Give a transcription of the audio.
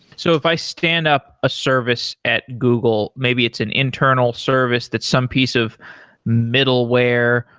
so if i stand up a service at google, maybe it's an internal service that some piece of middleware,